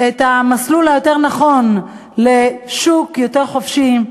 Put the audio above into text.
את המסלול היותר-נכון לשוק יותר חופשי,